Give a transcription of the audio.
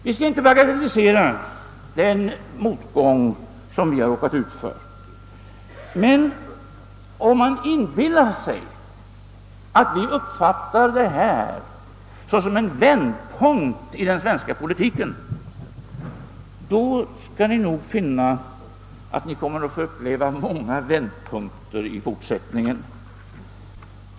Vi skall inte bagatellisera den motgång vi har råkat ut för, men om ni inbillar er detta som en vändpunkt i den svenska politiken, kommer ni nog att finna att ni får uppleva många vändpunkter i fortsättningen.